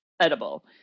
edible